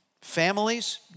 families